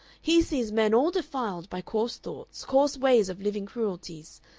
he sees men all defiled by coarse thoughts, coarse ways of living cruelties.